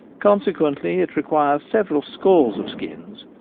consequently it requires several scores of skins,